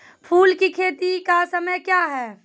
फुल की खेती का समय क्या हैं?